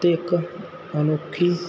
ਅਤੇ ਇੱਕ ਅਨੋਖੀ